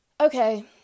Okay